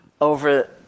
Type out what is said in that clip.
over